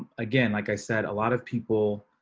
again, like i said, a lot of people